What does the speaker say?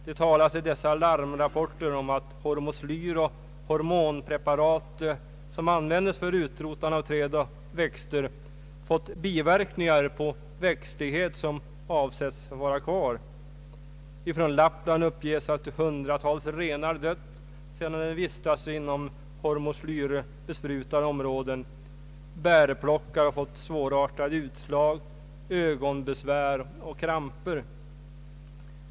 Det talas i dessa larmrapporter om att hormoslyr och hormonpreparat som användes för utrotande av träd och växter medfört biverkningar på växtlighet som avsetts vara kvar. Från Lappland uppges vidare att hundratals renar dött sedan de vistats inom hormoslyrbesprutade områden. Bärplockare har fått svårartade utslag, ögonbesvär och kramper.